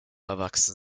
erwachsen